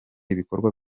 ibikorwa